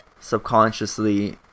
subconsciously